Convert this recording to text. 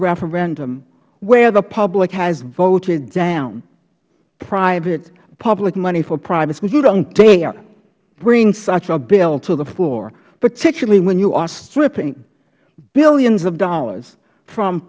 referendum where the public has voted down public money for private schools you don't dare bring such a bill to the floor particularly when you are stripping billions of dollars from